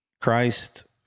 christ